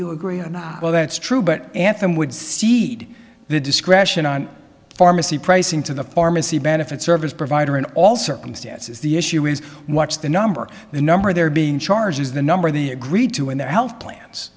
you agree or not well that's true but anthem would seed the discretion on pharmacy pricing to the pharmacy benefit service provider and all circumstances the issue is what's the number the number there being charge is the number they agreed to in their health plans